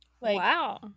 Wow